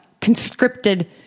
conscripted